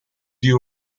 you